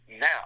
Now